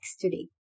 today